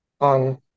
on